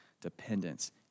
dependence